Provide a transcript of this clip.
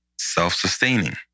Self-sustaining